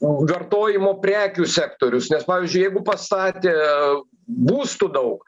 vartojimo prekių sektorius nes pavyzdžiui jeigu pastatė būstų daug